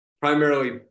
primarily